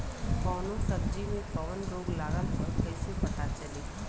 कौनो सब्ज़ी में कवन रोग लागल ह कईसे पता चली?